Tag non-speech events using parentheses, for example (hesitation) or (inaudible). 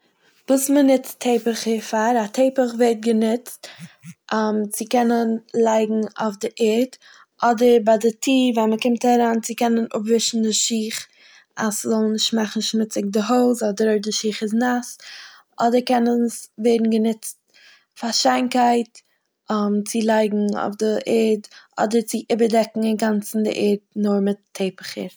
וואס מ'נוצט (noise) טעפעכער פאר. א טעפעך ווערט גענוצט (hesitation) (noise) צו קענען לייגן אויף די ערד, אדער ביי די טיר ווען מ'קומט אריין צו קענען אפווישן די שיך אז ס'זאל נישט מאכן שמוציג די הויז, אדער אויב די שיך איז נאס, אדער קען עס ווערן גענוצט (noise) פאר שיינקייט (hesitation) צו לייגן אויף די ערד, אדער צו איבערדעקן אינגאנצן די ערד נאר מיט טעפעכער.